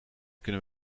kunnen